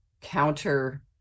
counter